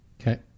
Okay